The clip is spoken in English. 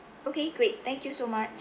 okay great thank you so much